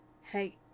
Hey